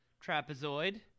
trapezoid